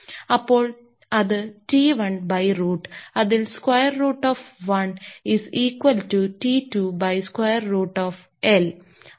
അപ്പോൾ അത് T 1 by root അതിൽ square root of L1 is equal to T2 by square root of L2